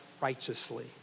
righteously